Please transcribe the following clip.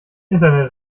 internet